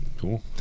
cool